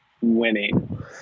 winning